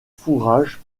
fourrage